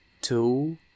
two